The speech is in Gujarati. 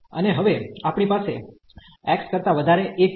અને હવે આપણી પાસે x કરતા વધારે 1 છે